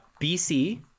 BC